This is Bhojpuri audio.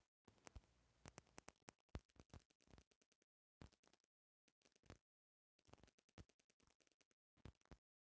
कृषि सहकारिता अउरी किसान कल्याण विभाग खेती किसानी करे खातिर दिशा निर्देश जारी कईले बा